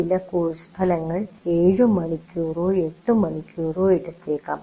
ചില കോഴ്സ് ഫലങ്ങൾ 7 മണിക്കൂറോ 8 മണിക്കൂറോ എടുത്തേക്കാം